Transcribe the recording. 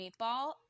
meatball